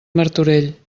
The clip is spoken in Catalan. martorell